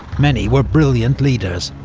many were brilliant leaders.